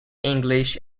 english